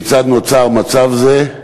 1. כיצד נוצר מצב זה?